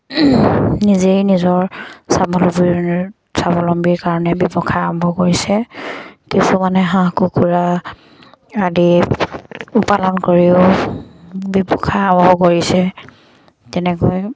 নিজেই নিজৰ স্বাৱলম্বী স্বাৱলম্বীৰ কাৰণে ব্যৱসায় আৰম্ভ কৰিছে কিছুমানে হাঁহ কুকুৰা আদি পালন কৰিও ব্যৱসায় আৰম্ভ কৰিছে তেনেকৈ